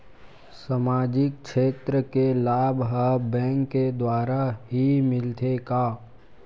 सामाजिक क्षेत्र के लाभ हा बैंक के द्वारा ही मिलथे का?